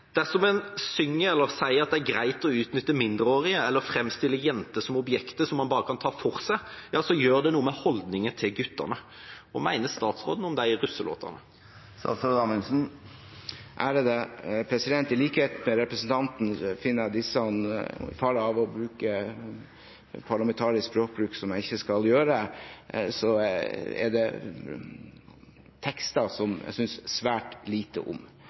Dersom en synger eller sier at det er greit å utnytte mindreårige, eller framstiller jenter som objekter man bare kan ta for seg av, ja så gjør det noe med holdningene hos guttene. Hva mener statsråden om de russelåtene? I likhet med representanten finner jeg at dette – i fare for å bryte parlamentarisk språkbruk, som jeg ikke skal gjøre – er tekster jeg synes svært lite om.